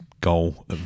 goal